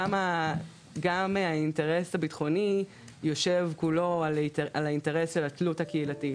גם האינטרס הביטחוני יושב כולו על האינטרס של התלות הקהילתית.